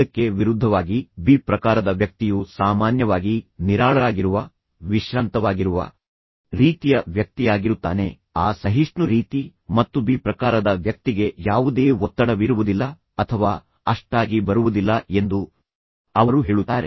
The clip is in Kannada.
ಇದಕ್ಕೆ ವಿರುದ್ಧವಾಗಿ ಬಿ ಪ್ರಕಾರದ ವ್ಯಕ್ತಿಯು ಸಾಮಾನ್ಯವಾಗಿ ನಿರಾಳರಾಗಿರುವ ವಿಶ್ರಾಂತವಾಗಿರುವ ರೀತಿಯ ವ್ಯಕ್ತಿಯಾಗಿರುತ್ತಾನೆ ಆ ಸಹಿಷ್ಣು ರೀತಿ ಮತ್ತು ಬಿ ಪ್ರಕಾರದ ವ್ಯಕ್ತಿಗೆ ಯಾವುದೇ ಒತ್ತಡವಿರುವುದಿಲ್ಲ ಅಥವಾ ಅಷ್ಟಾಗಿ ಬರುವುದಿಲ್ಲ ಎಂದು ಅವರು ಹೇಳುತ್ತಾರೆ